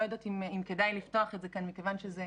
יודעת אם כדאי לפתוח את זה כאן מכיוון שזה